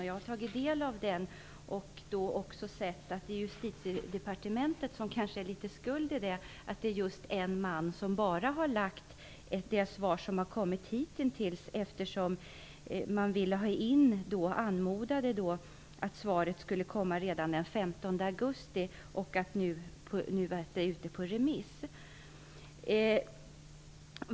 Jag har tagit del av den och också sett att Justitiedepartementet har skuld i att det endast är denna sammanställning, gjord av en tjänsteman, som kommit hitintills. Man ville att den skulle komma redan den 15 augusti så att den nu kunde vara ute på remiss.